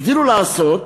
הגדילו לעשות